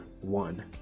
One